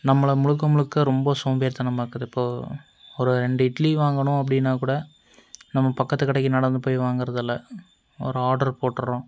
நம்மளை முழுக்க முழுக்க ரொம்ப சோம்பேறித்தனமாக ஆக்குது இப்போது ஒரு ரெண்டு இட்லி வாங்கணும் அப்படினாக்கூட நம்ம பக்கத்து கடைக்கு நடந்துபோய் வாங்குறது இல்லை ஒரு ஆர்ட்ரு போட்டுடுறோம்